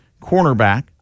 cornerback